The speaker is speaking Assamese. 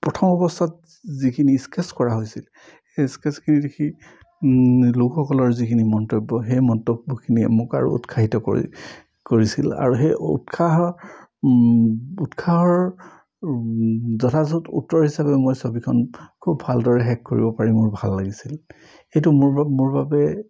প্ৰথম অৱস্থাত যিখিনি স্কেট্ছ কৰা হৈছিল সেই স্কেট্ছখিনি দেখি লোকসকলৰ যিখিনি মন্তব্য সেই মন্তব্যখিনিয়ে মোক আৰু উৎসাহিত কৰি কৰিছিল আৰু সেই উৎসাহৰ উৎসাহৰ যথাযথ উত্তৰ হিচাপে মই ছবিখন খুব ভালদৰে শেষ কৰিব পাৰি মোৰ ভাল লাগিছিল এইটো মোৰ মোৰ বাবে